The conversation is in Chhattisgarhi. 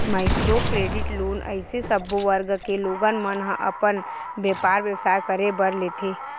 माइक्रो क्रेडिट लोन अइसे सब्बो वर्ग के लोगन मन ह अपन बेपार बेवसाय करे बर लेथे